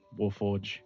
Warforge